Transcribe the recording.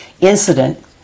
incident